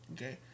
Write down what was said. Okay